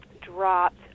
dropped